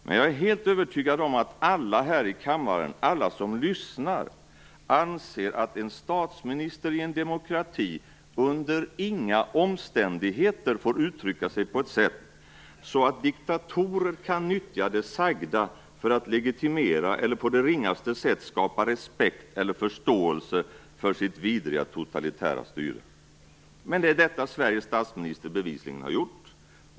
Men jag är helt övertygad om att alla i denna kammare och alla som lyssnar anser att en statsminister i en demokrati under inga omständigheter får uttrycka sig på ett sådant sätt att diktatorer kan nyttja det sagda för att legitimera eller på det ringaste sätt skapa respekt eller förståelse för sitt vidriga totalitära styre. Men det är vad Sveriges statsminister bevisligen har gjort.